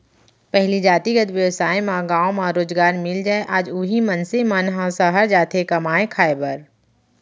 पहिली जातिगत बेवसाय म गाँव म रोजगार मिल जाय आज उही मनसे मन ह सहर जाथे कमाए खाए बर